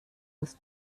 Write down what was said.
aus